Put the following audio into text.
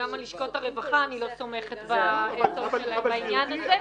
- שגם על לשכות הרווחה אני לא סומכת בעניין הזה.